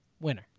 winner